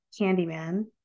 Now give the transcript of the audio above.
Candyman